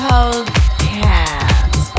Podcast